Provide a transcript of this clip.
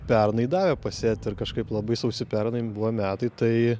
pernai davė pasėt ir kažkaip labai sausi pernai buvo metai tai